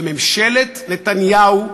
וממשלת נתניהו,